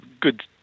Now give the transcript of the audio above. good